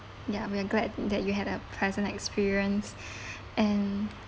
ya we're glad that you have a pleasant experience and